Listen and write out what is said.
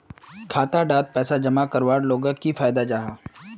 खाता डात पैसा जमा करवार लोगोक की फायदा जाहा?